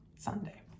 Sunday